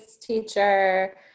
teacher